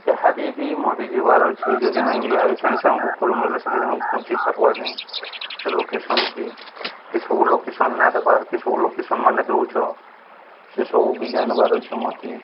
ହାଦି ବି ମତେ ଯିବାର ଅେ ଯଦି ମୁଇଁ ସାଙ୍ଗେ ସାଙ୍ଗେ ବୁକ୍ କରିବମି ବୋଇଲେ ସାଙ୍ଗେ ସାଙ୍ଗେ ପହଞ୍ଚି ପାର୍ବ ଆ୍ଞ ସେ ଲୋକେସନ୍କେ କିସବୁ ଲୋକେସନ୍ ନା ଦେବାର୍ କିସବୁ ଲୋକେସନ ମାନେ ଦଉଚ ସେ ସବୁ ବି ଜାିବାର ଅଛେ ମତେ